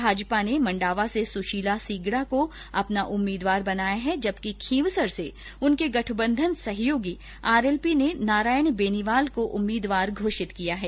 भाजपा ने मण्डावा से सुशीला सीगड़ा को अपना उम्मीदवार बनाया है जबकि खींवसर से उनके गठबंधन सहयोगी आरएलपी ने नारायण बेनीवाल को उम्मीदवार घोषित किया है